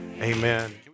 Amen